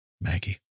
Maggie